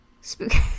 Spooky